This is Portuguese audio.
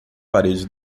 parede